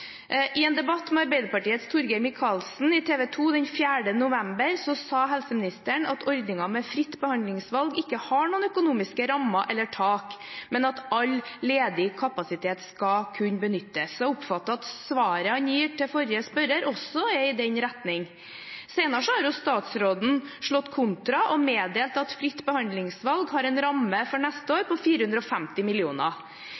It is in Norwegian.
I en debatt med Arbeiderpartiets Torgeir Micaelsen på TV 2 den 4. november sa helseministeren at ordningen med fritt behandlingsvalg ikke har noen økonomiske rammer eller noe tak, men at all ledig kapasitet skal kunne benyttes. Jeg oppfattet at svaret han ga til forrige spørrer, også var i den retning. Senere har statsråden slått kontra og meddelt at fritt behandlingsvalg har en ramme for neste år på 450